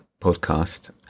podcast